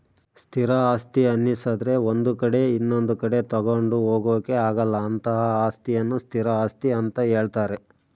ಸ್ಥಿರ ಆಸ್ತಿ ಅನ್ನಿಸದ್ರೆ ಒಂದು ಕಡೆ ಇನೊಂದು ಕಡೆ ತಗೊಂಡು ಹೋಗೋಕೆ ಆಗಲ್ಲ ಅಂತಹ ಅಸ್ತಿಯನ್ನು ಸ್ಥಿರ ಆಸ್ತಿ ಅಂತ ಹೇಳ್ತಾರೆ